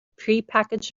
prepackaged